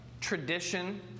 tradition